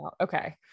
Okay